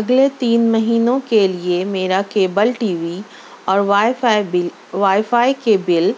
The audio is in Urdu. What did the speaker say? اگلے تین مہینوں کے لیے میرا کیبل ٹی وی اور wifi bill wifi کے بل